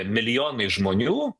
milijonai žmonių